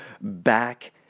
back